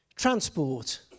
Transport